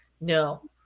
No